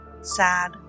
sad